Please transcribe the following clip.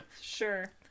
Sure